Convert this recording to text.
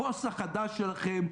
הבוס החדש שלכם.